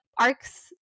arcs